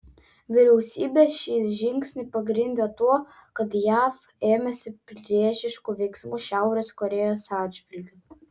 vyriausybė šį žingsnį pagrindė tuo kad jav ėmėsi priešiškų veiksmų šiaurės korėjos atžvilgiu